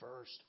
first